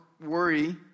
worry